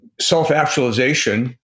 self-actualization